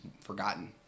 forgotten